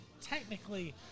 Technically